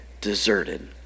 deserted